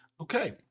Okay